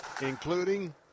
including